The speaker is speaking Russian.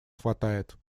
хватает